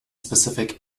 specific